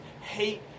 hate